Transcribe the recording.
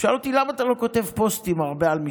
הוא שאל אותי: למה אתה לא כותב הרבה פוסטים על משפט?